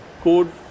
code